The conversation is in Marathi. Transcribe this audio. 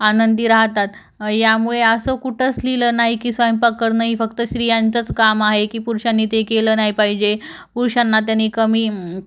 आनंदी राहतात यामुळे असं कुठंच लिहिलं नाही की स्वयंपाक करणं हे फक्त स्त्रियांचाच काम आहे की पुरुषांनी ते केलं नाही पाहिजे पुरुषांना त्याने कमी